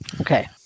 Okay